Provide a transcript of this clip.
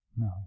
No